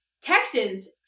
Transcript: Texans